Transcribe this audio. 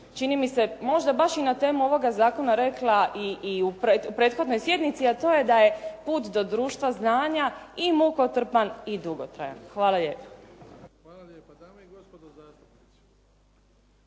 čini mi se, možda baš i na temu ovoga zakona rekla i u prethodnoj sjednici, a to je da je put do društva znanja i mukotrpan i dugotrajan. Hvala lijepa.